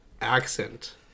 accent